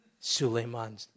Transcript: Suleiman